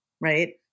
right